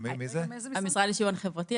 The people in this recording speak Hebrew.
מהמשרד לשוויון חברתי.